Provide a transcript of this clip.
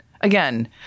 again